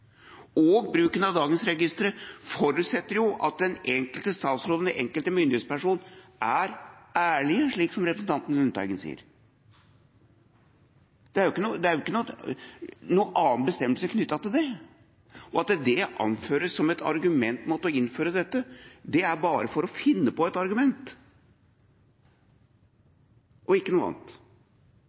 og bruken av dagens registre, forutsettes det at den enkelte statsråd og den enkelte myndighetsperson er ærlig, slik som representanten Lundteigen sier. Det er jo ikke noen annen bestemmelse knyttet til det, og at det anføres som et argument mot å innføre dette, er bare for å finne på et argument, og ikke noe annet.